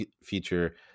feature